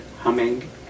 humming